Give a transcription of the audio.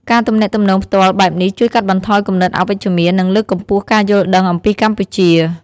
ការទំនាក់ទំនងផ្ទាល់បែបនេះជួយកាត់បន្ថយគំនិតអវិជ្ជមាន និងលើកកម្ពស់ការយល់ដឹងអំពីកម្ពុជា។